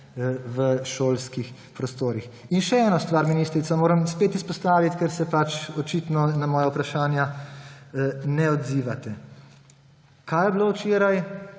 v šolskih prostorih. Še eno stvar, ministrica, moram spet izpostaviti, ker se očitno na moja vprašanja ne odzivate. Kaj je bilo včeraj